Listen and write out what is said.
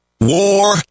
War